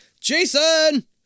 Jason